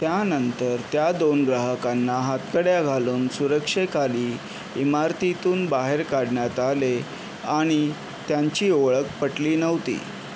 त्यानंतर त्या दोन ग्राहकांना हातकड्या घालून सुरक्षेखाली इमारतीतून बाहेर काढण्यात आले आणि त्यांची ओळख पटली नव्हती